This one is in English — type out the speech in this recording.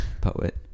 Poet